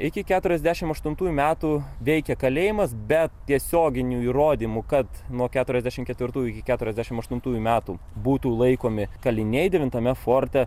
iki keturiasdešimt aštuntųjų metų veikė kalėjimas bet tiesioginių įrodymų kad nuo keturiasdešimt ketvirtųjų iki keturiasdešimt aštuntųjų metų būtų laikomi kaliniai devintame forte